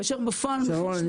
כאשר בפועל --- שרון,